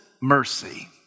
mercy